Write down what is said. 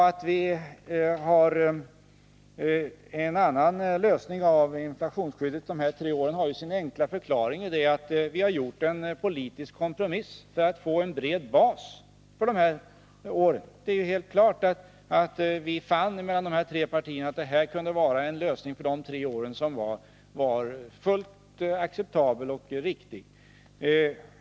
Att vi har en annan lösning av inflationsskyddet de här tre åren har sin enkla förklaring däri att vi har gjort en politisk kompromiss för att få en bred bas. De tre partierna fann att detta kunde vara en lösning för de tre åren som var fullt acceptabel och riktig.